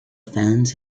fans